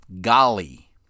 golly